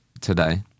today